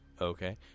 Okay